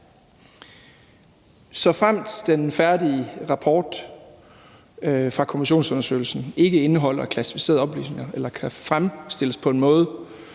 såfremt den færdige rapport fra kommissionsundersøgelsen ikke indeholder klassificerede oplysninger eller kan fremstilles på en måde,